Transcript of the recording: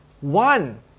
one